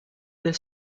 del